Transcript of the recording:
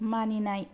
मानिनाय